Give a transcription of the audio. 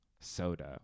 soda